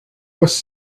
was